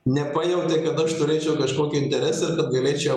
nepajautė kad aš turėčiau kažkokį interesą kad galėčiau